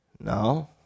No